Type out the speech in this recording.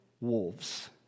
wolves